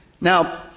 Now